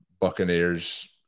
Buccaneers –